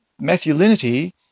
masculinity